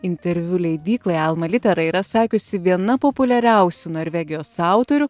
interviu leidyklai alma litera yra sakiusi viena populiariausių norvegijos autorių